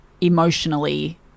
emotionally